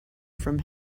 from